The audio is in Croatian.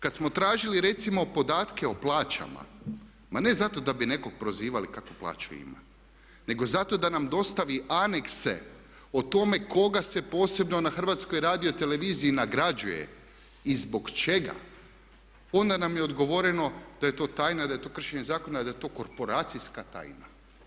Kad smo tražili recimo podatke o plaćama ma ne zato da bi nekog prozivali kakvu plaću ima nego zato da nam dostavi anekse o tome koga se posebno na HRT-u nagrađuje i zbog čega onda nam je odgovoreno da je to tajna i da je to kršenje zakona, da je to korporacijska tajna.